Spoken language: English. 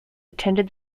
attended